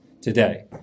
Today